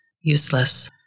Useless